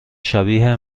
شبیه